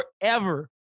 forever